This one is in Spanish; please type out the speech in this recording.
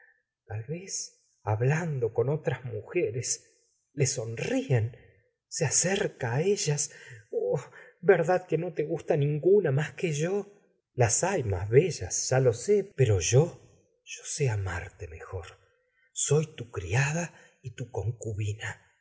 tal vez hablando con otras mujeres le sonrien se acerca á ellas oh verdad que no te gusta ninguna más que yo las hay más bellas ya lo sé pero yo yo sé amarte mejor so y tu criada y tu concubina